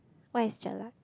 what is jelak